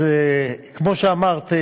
אז כמו שאמרת,